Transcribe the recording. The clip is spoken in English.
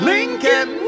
Lincoln